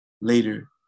later